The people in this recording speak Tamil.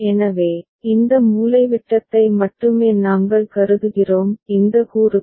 எனவே இந்த மூலைவிட்டத்தை மட்டுமே நாங்கள் கருதுகிறோம் இந்த கூறுகள்